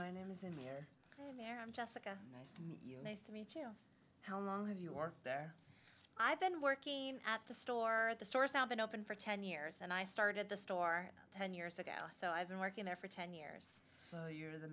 my name is in there i'm jessica nice to meet you nice to meet it how long have you worked there i've been working at the store the stores have been open for ten years and i started the store ten years ago so i've been working there for ten years so you're the